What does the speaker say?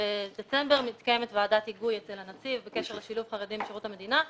בדצמבר מתקיימת ועדת היגוי אצל הנציב בקשר לשילוב חרדים בשירות המדינה.